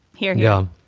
here yeah.